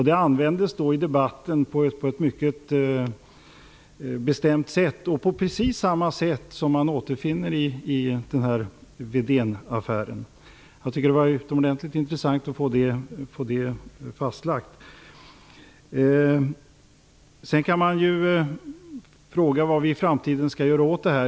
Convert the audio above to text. Den användes i debatten på ett mycket bestämt sätt och på precis samma sätt som återfinns i Wedénaffären. Jag tycker att det var utomordentligt intressant att få det fastlagt. Man kan fråga sig vad vi skall göra åt det här i framtiden.